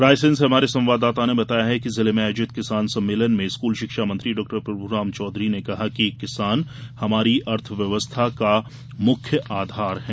रायसेन से हमारे संवाददाता ने बताया है कि जिले में आयोजित किसान सम्मेलन में स्कूल शिक्षा मंत्री डॉक्टर प्रभुराम चौधरी ने कहा कि किसान हमारी अर्थव्यवस्था का मुख्य आधार है